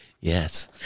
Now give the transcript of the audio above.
Yes